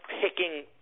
picking